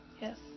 Yes